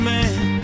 Man